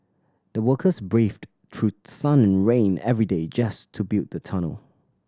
the workers braved through sun and rain every day just to build the tunnel